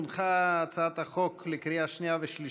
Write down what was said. הונחה הצעת החוק לקריאה שנייה ושלישית,